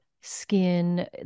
skin